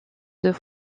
deux